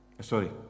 sorry